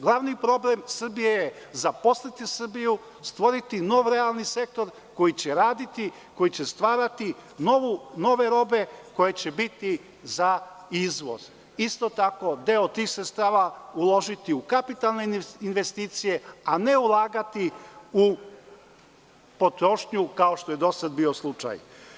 Glavni problem Srbije je zaposliti Srbiju, stvoriti nov realni sektor koji će raditi, koji će stvarati nove robe koje će biti za izvoz, isto tako deo tih sredstava uložiti u kapitalne investicije, a ne ulagati u potrošnju kao što je dosad bio slučaj.